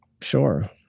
Sure